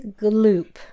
Gloop